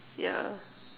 yeah